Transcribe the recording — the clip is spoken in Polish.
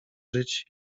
żyć